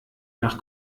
nach